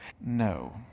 No